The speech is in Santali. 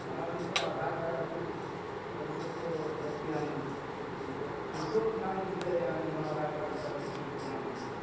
ᱚᱱᱟᱨᱮ ᱱᱤᱛᱳᱜ ᱟᱫᱷᱟᱨ ᱠᱟᱨᱰ ᱟᱹᱞᱤᱧ ᱟᱹᱰᱤ ᱥᱚᱠᱛᱚ ᱞᱟᱹᱠᱛᱤᱭᱟᱱ ᱪᱤᱡᱽ ᱱᱤᱛᱳᱜ ᱱᱤᱛᱳᱜ ᱮᱱᱟᱞᱤᱧ ᱴᱷᱤᱠᱟᱹᱭᱮᱜᱼᱟ ᱟᱞᱤᱧ ᱦᱚᱸ ᱟᱫᱷᱟᱨ ᱠᱟᱨᱰ ᱞᱟᱹᱠᱛᱤ ᱪᱤᱡᱽ ᱠᱟᱱᱟ ᱢᱮᱱᱛᱮ